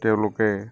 তেওঁলোকে